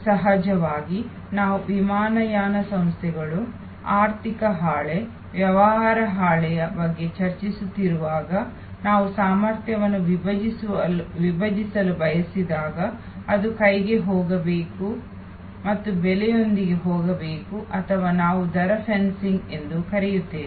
ಸಹಜವಾಗಿ ನಾನು ವಿಮಾನಯಾನ ಸಂಸ್ಥೆಗಳು ಆರ್ಥಿಕ ಪತ್ರ ವ್ಯವಹಾರ ಪತ್ರದ ಬಗ್ಗೆ ಚರ್ಚಿಸುತ್ತಿರುವಾಗ ನಾವು ಸಾಮರ್ಥ್ಯವನ್ನು ವಿಭಜಿಸಲು ಬಯಸಿದಾಗ ಅದು ಬೆಲೆಯೊಂದಿಗೆ ತಾಳ ಹೊಂದಬೇಕು ಹಾಗು ಇದನ್ನೇ ನಾವು ರೇಟ್ ಫೆನ್ಸಿಂಗ್ ಎಂದು ಕರೆಯುತ್ತೇವೆ